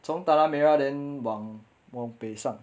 从 tanah merah then 往往北上